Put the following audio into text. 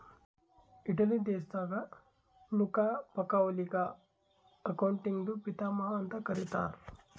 Italy ದೇಶದಾಗ್ Luca ಪಕಿಒಲಿಗ ಅಕೌಂಟಿಂಗ್ದು ಪಿತಾಮಹಾ ಅಂತ್ ಕರಿತ್ತಾರ್